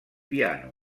piano